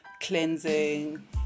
cleansing